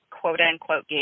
quote-unquote